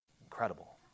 Incredible